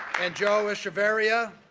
and, joe echevarria,